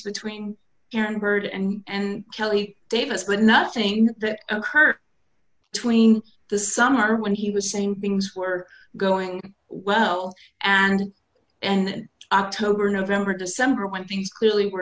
between aaron byrd and kelly davis but not think that occurred tween the summer when he was saying things were going well and and october november december when things clearly were